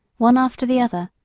one after the other,